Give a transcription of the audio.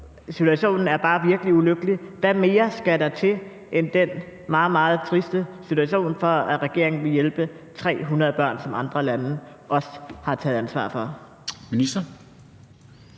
situationen er bare virkelig ulykkelig. Hvad mere skal der til end den meget, meget triste situation, for at regeringen vil hjælpe 300 børn, som andre lande også har taget ansvar for?